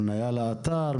הפניה לאתר,